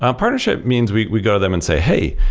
um partnership means we we go them and say, hey!